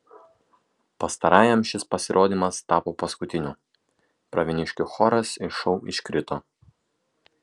pastarajam šis pasirodymas tapo paskutiniu pravieniškių choras iš šou iškrito